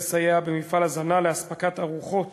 לסייע במפעל הזנה לאספקת ארוחות